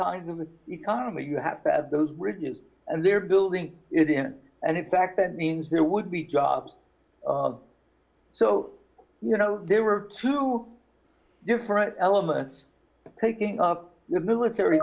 kinds of the economy you have to have those bridges and they're building it in and in fact that means there would be jobs so you know there were two different elements taking the military